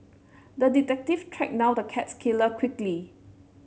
the detective tracked now the cat killer quickly